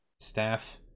staff